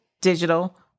digital